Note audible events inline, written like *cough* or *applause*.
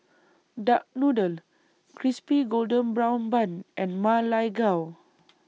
Duck Noodle Crispy Golden Brown Bun and Ma Lai Gao *noise*